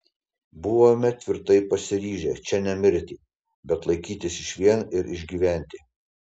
buvome tvirtai pasiryžę čia nemirti bet laikytis išvien ir išgyventi